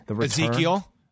Ezekiel